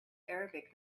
arabic